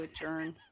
adjourn